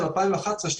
של העוסקים במלאכה וגם של